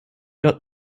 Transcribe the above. dort